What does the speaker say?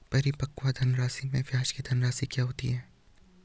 परिपक्व धनराशि में ब्याज की धनराशि क्या होती है?